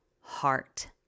heart